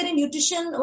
nutrition